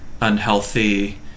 unhealthy